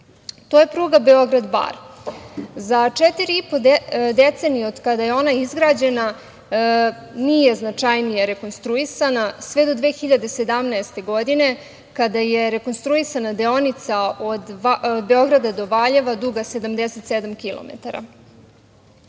To je pruga Beograd – Bar. Za četiri i po decenije od kada je ona izgrađena nije značajnije rekonstruisana sve do 2017. godine kada je rekonstruisana deonica od Beograda do Valjeva, duga 77